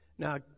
Now